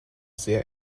sehr